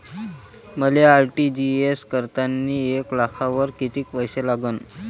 मले आर.टी.जी.एस करतांनी एक लाखावर कितीक पैसे लागन?